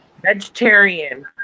vegetarian